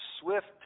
swift